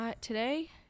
today